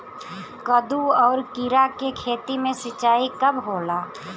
कदु और किरा के खेती में सिंचाई कब होला?